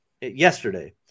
yesterday